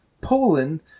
Poland